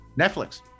Netflix